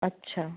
अच्छा